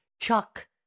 Chuck